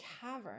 cavern